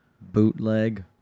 bootleg